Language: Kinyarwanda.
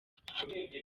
rose